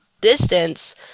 distance